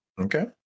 Okay